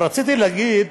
רציתי להגיד